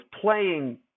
playing